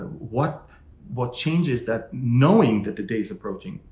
what what changes that, knowing that the day is approaching,